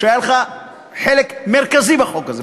שהיה לך חלק מרכזי בחוק הזה,